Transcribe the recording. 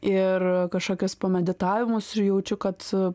ir kažkokias pameditavimus ir jaučiu kad